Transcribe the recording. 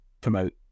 promote